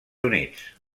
units